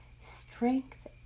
strength